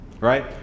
right